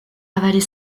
avaler